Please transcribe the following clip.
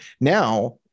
now